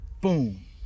Boom